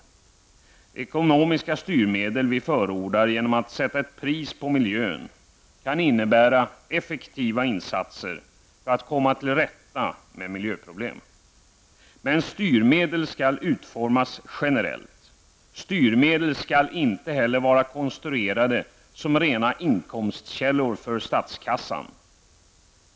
De ekonomiska styrmedel vi förordar genom att sätta ett pris på miljön kan innebära effektiva insatser för att komma till rätta med miljöproblem. Men styrmedel skall utformas generellt. Styrmedel skall inte heller vara konstruerade som rena inkomstkällor för statskassan.